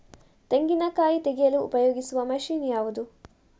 ತೆಂಗಿನಕಾಯಿ ತೆಗೆಯಲು ಉಪಯೋಗಿಸುವ ಮಷೀನ್ ಯಾವುದು?